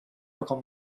بکن